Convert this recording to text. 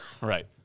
Right